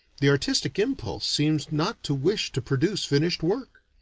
the artistic impulse seems not to wish to produce finished work.